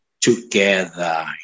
Together